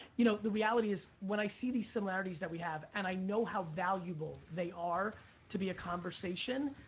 you know the reality is, when i see these similarities that we have, and i know how valuable they are to be a conversation,